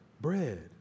bread